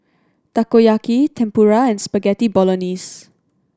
Takoyaki Tempura and Spaghetti Bolognese